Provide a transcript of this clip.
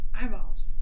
eyeballs